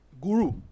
Guru